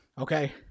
okay